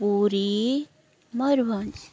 Puri Mayurbhanj